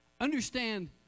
Understand